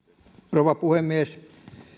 rouva puhemies